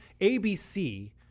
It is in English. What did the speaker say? ABC